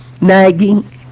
nagging